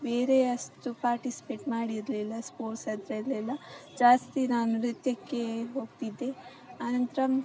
ಬೇರೆ ಅಷ್ಟು ಪಾರ್ಟಿಸ್ಪೇಟ್ ಮಾಡಿರಲಿಲ್ಲ ಸ್ಪೋರ್ಟ್ಸ್ ಅದರಲ್ಲೆಲ್ಲ ಜಾಸ್ತಿ ನಾನು ನೃತ್ಯಕ್ಕೆ ಹೋಗ್ತಿದ್ದೆ ಆನಂತರ